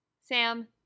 Sam